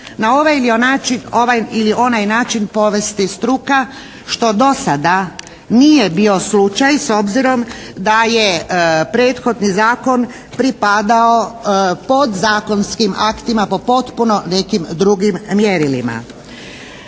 na ovaj ili onaj način povesti struka, što do sada nije bio slučaj, s obzirom da je prethodni zakon pripadao podzakonskim aktima po potpuno nekim drugim mjerilima.